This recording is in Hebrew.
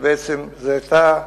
שבעצם זו היתה תבוסה,